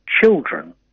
children